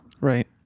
Right